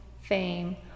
fame